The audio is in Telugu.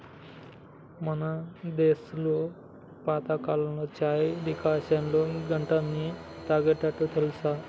మన దేసంలో పాతకాలంలో చాయ్ డికాషన్ను గట్లనే తాగేటోల్లు తెలుసా